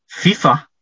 FIFA